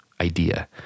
idea